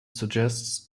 suggests